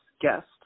guest